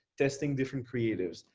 testing different creatives,